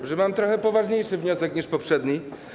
Może mam trochę poważniejszy wniosek niż poprzedni.